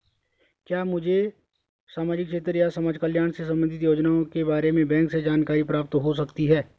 क्या मुझे सामाजिक क्षेत्र या समाजकल्याण से संबंधित योजनाओं के बारे में बैंक से जानकारी प्राप्त हो सकती है?